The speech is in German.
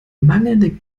mangelnden